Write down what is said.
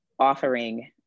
Offering